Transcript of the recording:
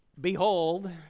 behold